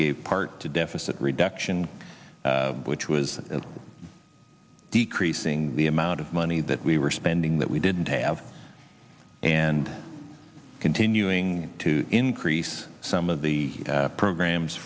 gave part to deficit reduction which was decreasing the amount of money that we were spending that we didn't have and continuing to increase some of the programs